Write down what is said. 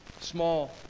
Small